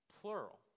Plural